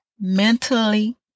mentally